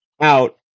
out